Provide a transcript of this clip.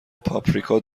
پاپریکا